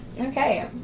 Okay